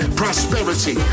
prosperity